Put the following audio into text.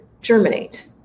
germinate